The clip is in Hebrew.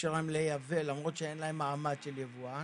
לאפשר להם לייבא, למרות שאין להם מעמד של יבואן.